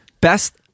Best